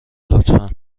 لطفا